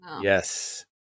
yes